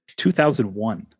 2001